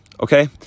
Okay